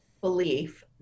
belief